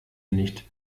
nicht